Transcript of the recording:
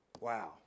Wow